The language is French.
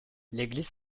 l’église